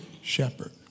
shepherd